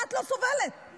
הדעת לא סובלת את זה.